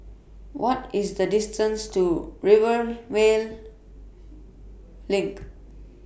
What IS The distance to Rivervale LINK